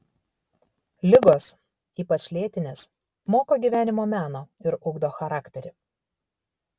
ligos ypač lėtinės moko gyvenimo meno ir ugdo charakterį